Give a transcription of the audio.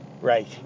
Right